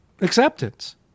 acceptance